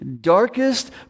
darkest